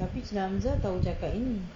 tapi sheila hamzah tahu cakap ini